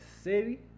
city